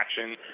action